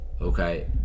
okay